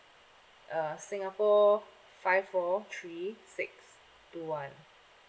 uh singapore five four three six two one